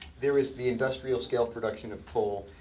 there is the industrial scale production of coal,